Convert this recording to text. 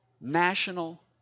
national